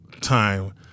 time